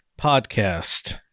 podcast